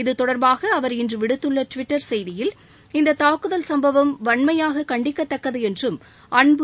இது தொடர்பாக அவர் இன்று விடுத்துள்ள ட்விட்டர் செய்தியில் இந்த தாக்குதல் சம்பவம் வன்மையாக கண்டிக்கத்தக்கது என்றும் அன்பு